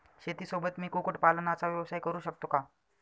शेतीसोबत मी कुक्कुटपालनाचा व्यवसाय करु शकतो का?